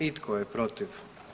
I tko je protiv?